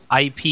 IP